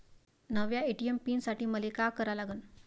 नव्या ATM pin साठी मले का करा लागन?